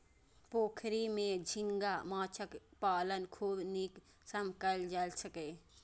पोखरि मे झींगा माछक पालन खूब नीक सं कैल जा सकैए